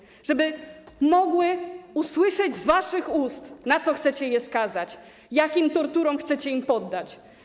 Chodzi o to, żeby mogły usłyszeć z waszych ust, na co chcecie je skazać, jakim torturom chcecie je poddać.